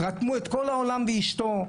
רתמו את כל העולם ואשתו,